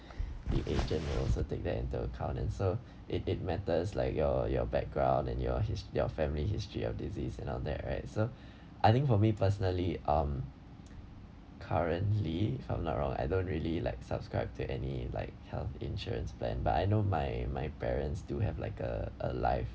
the agent will also take that into account and so it it matters like your your background and your his~ your family history of disease and all that right so I think for me personally um currently if I'm not wrong I don't really like subscribe to any like health insurance plan but I know my my parents do have like a a life